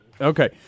Okay